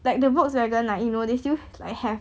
like the Volkswagen like you know they still like have